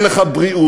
אין לך בריאות,